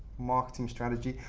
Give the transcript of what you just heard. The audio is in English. marketing strategy.